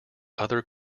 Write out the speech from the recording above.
other